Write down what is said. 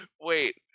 wait